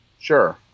Sure